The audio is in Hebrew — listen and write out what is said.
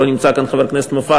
לא נמצא כאן חבר הכנסת מופז,